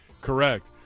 Correct